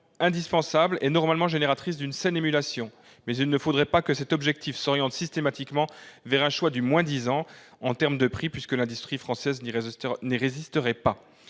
indispensable et normalement génératrice d'une saine émulation. Il ne faudrait pas que cet objectif s'oriente systématiquement vers un choix du « moins-disant » en termes de prix. L'industrie française n'y résisterait pas.